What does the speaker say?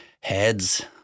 heads